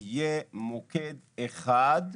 יהיה מוקד אחד,